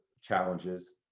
challenges